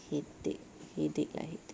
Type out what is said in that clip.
headache headache lah headache